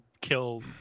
kill